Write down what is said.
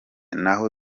naho